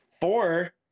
four